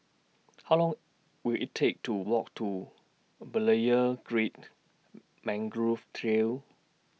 How Long Will IT Take to Walk to Berlayer Creek Mangrove Trail